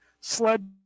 sled